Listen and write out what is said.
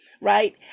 right